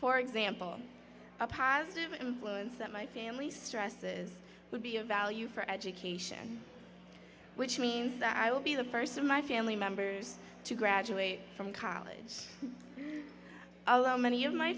for example a positive influence that my family stresses would be of value for education which means that i will be the first in my family members to graduate from college many of my